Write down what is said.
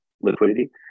liquidity